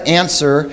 answer